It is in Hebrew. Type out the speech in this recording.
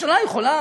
הממשלה יכולה,